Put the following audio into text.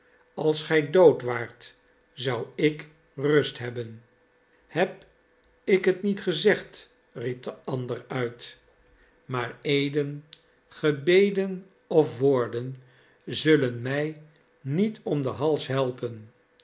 als gij dood waart zou ik rust hebben heb ik het niet gezegd riep de ander uit maar eeden gebeden of woorden zullen mij niet om hals helpen